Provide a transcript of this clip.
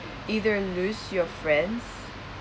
either lose your friends